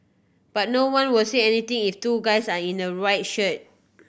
but no one will say anything if two guys are in white shirt